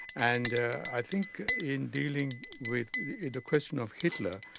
and i think in dealing with the question of hitler,